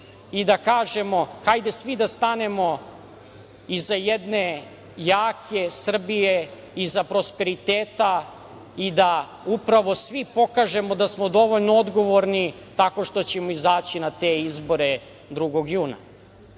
i da kažemo - hajde svi da stanemo iza jedne jake Srbije i za prosperiteta i da upravo svi pokažemo da smo dovoljno odgovorni tako što ćemo izaći na te izbore 2.